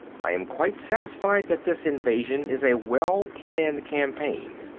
i am quite satisfied that this invasion is a well-planned campaign,